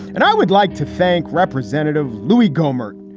and i would like to thank representative louie gohmert.